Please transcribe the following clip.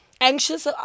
Anxious